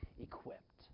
equipped